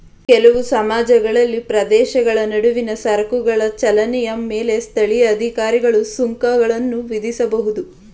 ಕೆಲವು ಸಮಾಜಗಳಲ್ಲಿ ಪ್ರದೇಶಗಳ ನಡುವಿನ ಸರಕುಗಳ ಚಲನೆಯ ಮೇಲೆ ಸ್ಥಳೀಯ ಅಧಿಕಾರಿಗಳು ಸುಂಕಗಳನ್ನ ವಿಧಿಸಬಹುದು